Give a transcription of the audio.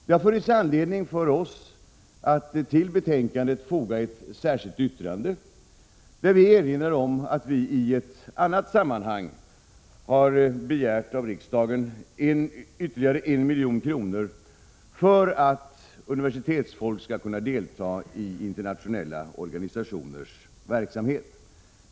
Det har funnits anledning för oss att till betänkandet foga ett särskilt yttrande, där vi erinrar om att vi i ett annat sammanhang har begärt av riksdagen ytterligare 1 milj.kr. för att universi samma frågor tetsfolk skall kunna delta i internationella organisationers verksamhet.